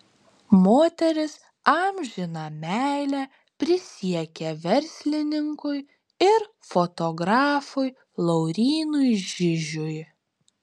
moteris amžiną meilę prisiekė verslininkui ir fotografui laurynui žižiui